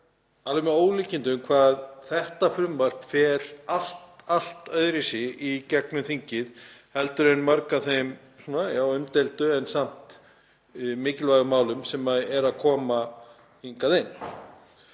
alveg með ólíkindum hvað þetta frumvarp fer allt öðruvísi í gegnum þingið heldur en mörg af þeim umdeildu en samt mikilvægu málum sem eru að koma hingað inn.